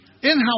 In-house